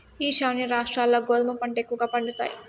ఈశాన్య రాష్ట్రాల్ల గోధుమ పంట ఎక్కువగా పండుతాయి